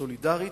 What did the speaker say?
סולידרית,